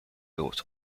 built